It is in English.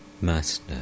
Master